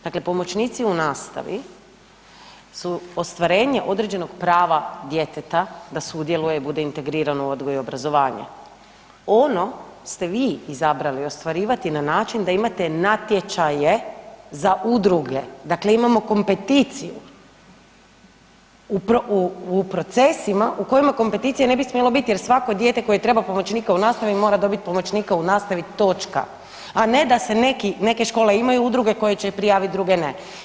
Dakle, pomoćnici u nastavi su ostvarenje određenog prava djeteta da sudjeluje, bude integrirano u odgoj i obrazovanje, ono ste vi izabrali ostvarivati na način da imate natječaje za udruge, dakle imamo kompeticiju u procesima u kojima kompeticije ne bi smjelo biti jer svako dijete koje treba pomoćnika u nastavi mora dobiti pomoćnika u nastavi točka, a ne da se neki neke škole imaju udruge koje će prijaviti, druge ne.